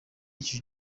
ico